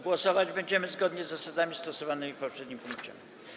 Głosować będziemy zgodnie z zasadami stosowanymi w poprzednim punkcie.